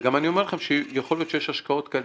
וגם אני אומר לכם שיכול להיות שיש השקעות כאן,